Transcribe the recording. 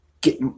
get